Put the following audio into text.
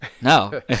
No